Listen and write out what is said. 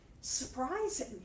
surprising